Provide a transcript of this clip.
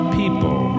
people